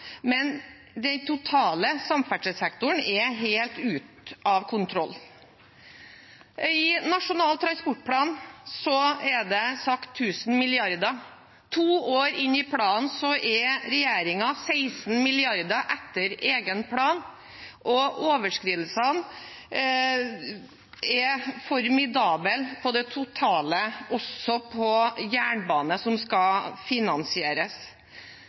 men den totale samferdselssektoren er helt ute av kontroll. I Nasjonal transportplan er det sagt 1 000 mrd. kr. To år inn i planen ligger regjeringen 16 mrd. kr etter egen plan, og overskridelsene er formidable på det totale som skal finansieres, også på jernbane.